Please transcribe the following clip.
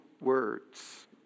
words